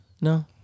no